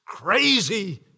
crazy